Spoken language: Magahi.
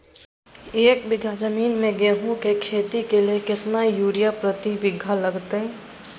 एक बिघा जमीन में गेहूं के खेती के लिए कितना यूरिया प्रति बीघा लगतय?